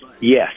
Yes